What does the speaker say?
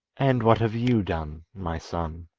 and what have you done, my son